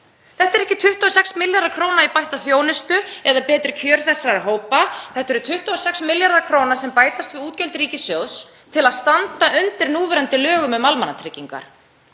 Þetta eru ekki 26 milljarðar kr. í bætta þjónustu eða betri kjör þessara hópa. Þetta eru 26 milljarðar kr. sem bætast við útgjöld ríkissjóðs til að standa undir núgildandi lögum um almannatryggingar.